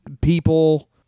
people